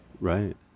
Right